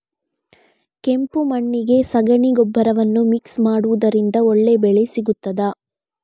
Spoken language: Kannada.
ಕೆಂಪು ಮಣ್ಣಿಗೆ ಸಗಣಿ ಗೊಬ್ಬರವನ್ನು ಮಿಕ್ಸ್ ಮಾಡುವುದರಿಂದ ಒಳ್ಳೆ ಬೆಳೆ ಸಿಗುತ್ತದಾ?